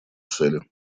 цели